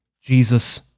Jesus